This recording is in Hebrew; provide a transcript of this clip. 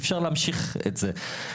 אי-אפשר להמשיך את זה,